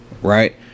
right